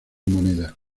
moneda